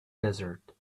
desert